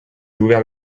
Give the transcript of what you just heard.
ouvert